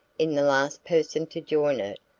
in the last person to join it,